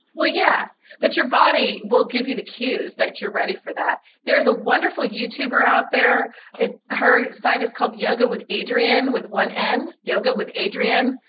well yeah but your body will give you the cues that you're ready for that there's a wonderful youtuber out there and her site is called yoga with adriene with one n, yoga with adriene,